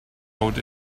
out